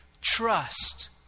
trust